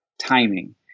timing